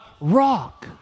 rock